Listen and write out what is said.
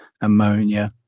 ammonia